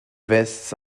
vests